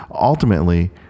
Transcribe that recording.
ultimately